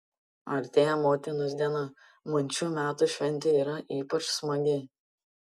artėja motinos diena man šių metų šventė yra ypač smagi